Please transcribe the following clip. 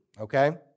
okay